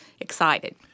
excited